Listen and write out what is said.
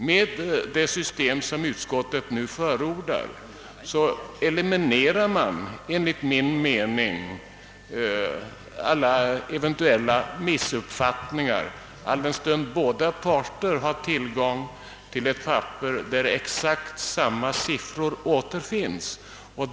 Med det system som utskottet nu förordar elimineras enligt min mening alla eventuella missuppfattningar, alldenstund båda parter har tillgång till ett papper där exakt samma siffror återfinns.